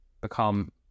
become